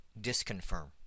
disconfirm